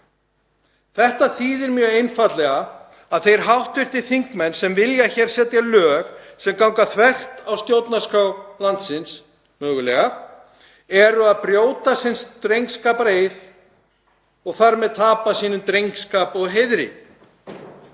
Þetta þýðir mjög einfaldlega að þeir hv. þingmenn sem vilja setja lög sem ganga mögulega þvert á stjórnarskrá landsins eru að brjóta sinn drengskapareið og þar með að tapa sínum drengskap og heiðri.